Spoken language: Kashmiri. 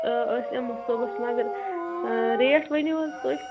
أسۍ یِمَو صبُحس مَگر آ ریٹ ؤنِو حظ تُہۍ